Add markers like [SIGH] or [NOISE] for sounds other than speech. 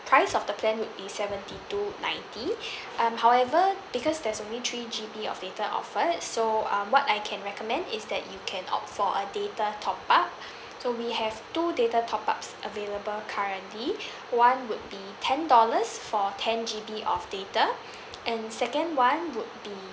price of the plan would be seventy two ninety [BREATH] um however because there's only three G_B of data offered so um what I can recommend is that you can opt for a data top up so we have two data top ups available currently one would be ten dollars for ten G_B of data and second one would be